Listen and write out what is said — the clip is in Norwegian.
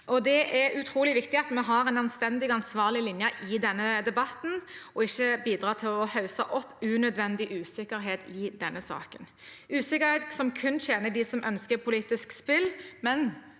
Det er utrolig viktig at vi har en anstendig og ansvarlig linje i denne debatten og ikke bidrar til å hausse opp unødvendig usikkerhet i saken, usikkerhet som kun tjener dem som ønsker politisk spill, men